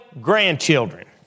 grandchildren